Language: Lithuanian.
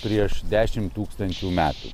prieš dešim tūkstančių metų